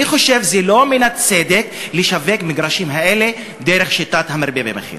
אני חושב שזה לא מן הצדק לשווק את המגרשים האלה בשיטת המרבה במחיר.